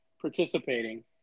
participating